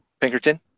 Pinkerton